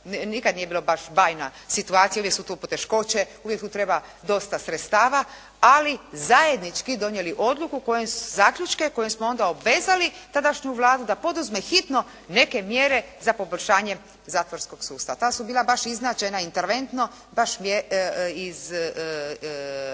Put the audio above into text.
nikad nije bilo baš bajna situacija, uvijek su tu poteškoće, uvijek tu treba dosta sredstava, ali zajednički donijeli odluku, zaključke kojim smo onda obvezali tadašnju Vladu da poduzme hitno neke mjere za poboljšanje zatvorskog sustava. Ta su bila baš iznačena interventno, baš mi